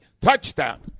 Touchdown